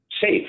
safe